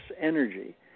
energy